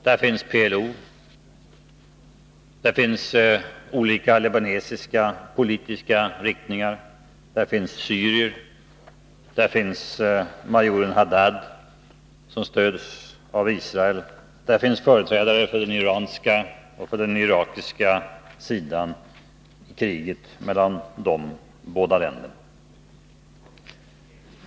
Där finns PLO, olika libanesiska politiska riktningar, syrier, majoren Haddad, som stöds av Israel, samt företrädare för den irakiska och iranska sidan i kriget mellan dessa båda länder.